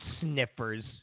sniffers